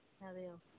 അതെയോ